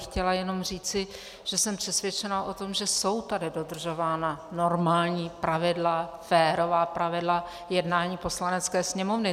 Chtěla bych jenom říci, že jsem přesvědčena o tom, že jsou tady dodržována normální pravidla férová pravidla jednání Poslanecké sněmovny.